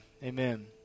Amen